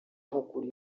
nk’ukuri